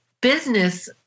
business